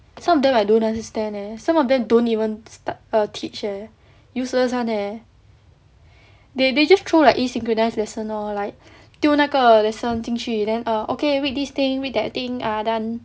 some of them I don't understand leh some of them don't even start err teach leh useless [one] leh they they just throw like a synchronise lesson lor like 丢那个 lesson 进去 then err okay read this thing read that thing uh done